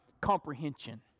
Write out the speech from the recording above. comprehension